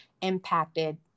impacted